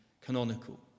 canonical